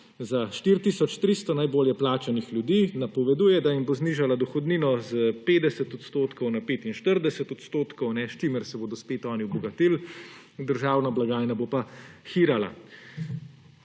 300 najbolje plačanih ljudi napoveduje, da jim bo znižala dohodnino s 50 % na 45 %, s čimer se bodo spet oni obogatili, državna blagajna bo pa hirala.